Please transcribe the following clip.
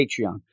Patreon